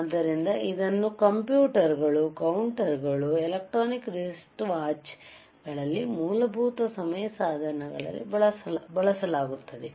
ಆದ್ದರಿಂದ ಇದನ್ನು ಕಂಪ್ಯೂಟರ್ ಗಳು ಕೌಂಟರ್ ಗಳು ಎಲೆಕ್ಟ್ರಾನಿಕ್ ರಿಸ್ಟ್ ವಾಚ್ ಗಳಲ್ಲಿ ಮೂಲಭೂತ ಸಮಯ ಸಾಧನಗಳಲ್ಲಿ ಬಳಸಲಾಗುತ್ತದೆ